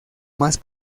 más